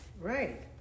right